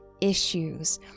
issues